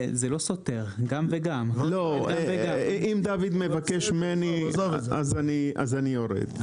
אם דוד מבקש ממני, אז אני יורד.